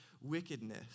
wickedness